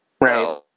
Right